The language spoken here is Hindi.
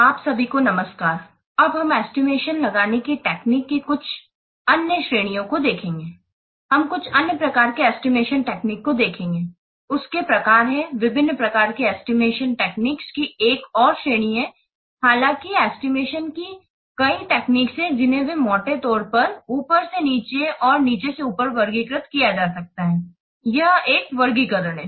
उसके प्रकार है विभिन्न प्रकार की एस्टिमेशन टेक्निक की एक और श्रेणी है हालांकि एस्टिमेशन की कई टेक्निक हैं जिन्हें वे मोटे तौर पर ऊपर से नीचे और नीचे से ऊपर वर्गीकृत किया जा सकता है यह एक वर्गीकरण है